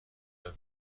بینم